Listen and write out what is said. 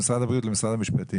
ממשרד הבריאות למשרד המשפטים.